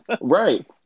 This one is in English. Right